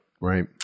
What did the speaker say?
right